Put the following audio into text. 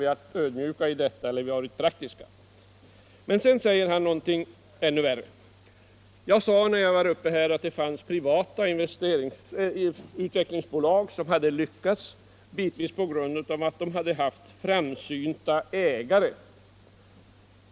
Vi har varit ödmjuka — eller praktiska. Jag sade i mitt anförande att det fanns privata utvecklingsbolag som hade lyckats delvis på grund av att de hade haft framsynta ägare.